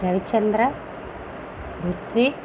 Ravichandra Ruthvik